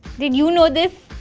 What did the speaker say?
did you know this